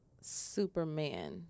Superman